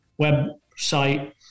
website